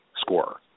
scorer